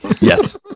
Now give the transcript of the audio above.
Yes